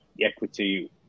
equity